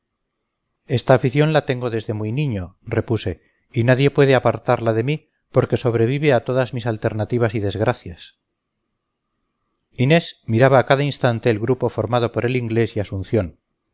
esta afición la tengo desde muy niño repuse y nadie puede apartarla de mí porque sobrevive a todas mis alternativas y desgracias inés miraba a cada instante el grupo formado por el inglés y asunción